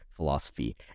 philosophy